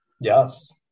Yes